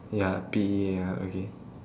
ya P E A R okay